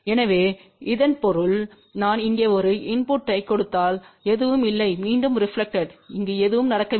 எனவே இதன் பொருள் நான் இங்கே ஒரு இன்புட்டைக் கொடுத்தால் எதுவும் இல்லை மீண்டும் ரெப்லக்டெட்து இங்கு எதுவும் நடக்கவில்லை